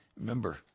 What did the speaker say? Remember